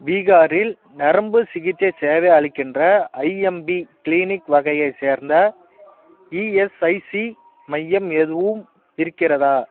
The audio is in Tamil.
பீகாரில் நரம்புச் சிகிச்சை சேவை அளிக்கின்ற ஐஎம்பி க்ளீனிக் வகையைச் சேர்ந்த இஎஸ்ஐசி மையம் எதுவும் இருக்கிறதா